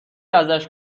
ازش